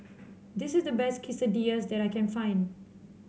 this is the best Quesadillas that I can find